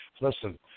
Listen